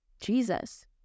jesus